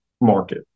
market